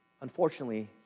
unfortunately